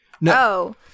No